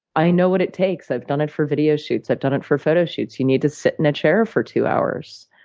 i know what it takes. i've done it for video shoots. i've done it for photo shoots. you need to sit in a chair for two hours.